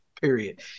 period